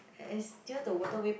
it is near the Waterway